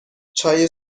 چای